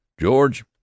George